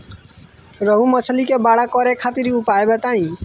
रोहु मछली के बड़ा करे खातिर उपाय बताईं?